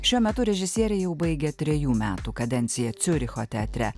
šiuo metu režisierė jau baigia trejų metų kadenciją ciuricho teatre